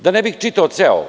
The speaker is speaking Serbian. Da ne bih čitao ceo.